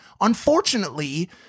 Unfortunately